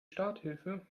starthilfe